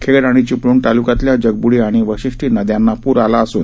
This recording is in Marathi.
खेड आणि चिपळूण तालुक्यातल्या जगब्डी आणि वाशिष्ठी नद्यांना पूर आला असून